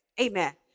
amen